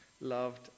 loved